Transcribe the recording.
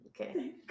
Okay